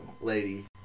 lady